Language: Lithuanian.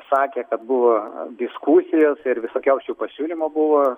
sakė kad buvo diskusijos ir visokiausių pasiūlymų buvo